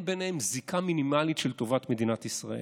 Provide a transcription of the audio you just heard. ביניהם זיקה מינימלית של טובת מדינת ישראל.